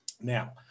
Now